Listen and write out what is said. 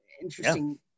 interesting